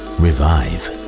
revive